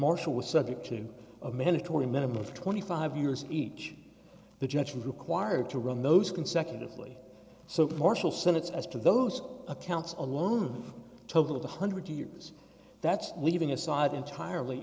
marshall was subject to a mandatory minimum of twenty five years each the judge required to run those consecutively so partial senates as to those accounts alone total of one hundred years that's leaving aside entirely